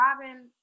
Robin